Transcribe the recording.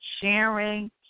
sharing